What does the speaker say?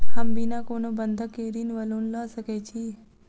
हम बिना कोनो बंधक केँ ऋण वा लोन लऽ सकै छी?